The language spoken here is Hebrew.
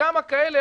וכמה כאלה,